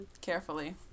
Carefully